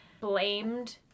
blamed